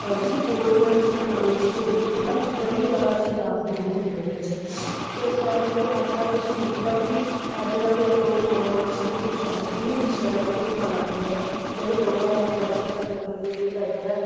जेह्ड़ी ओल्ड जेह्ड़ी परानी चीज़ां होंदियां ना ओह् बड़ी जैदा अच्छी यादगिरी होंदी ऐ उं'दे बिच्च उस टैम दे तुस अजकल्ल दिक्खी लैओ अजकल्ल जेह्ड़े लोग फोन बिच्च फोटो खचांदे न न्यू डिज़िटल दा भाई जमाना आई गेदा जेह्ड़े लोग ना बच्चे केह् करदे न फोन बिच्च